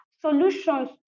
solutions